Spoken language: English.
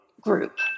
group